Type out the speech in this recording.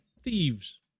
thieves